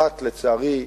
אחת, לצערי,